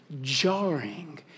jarring